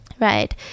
Right